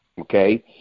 Okay